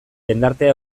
jendartea